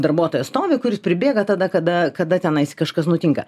darbuotojas stovi kuris pribėga tada kada kada tenais kažkas nutinka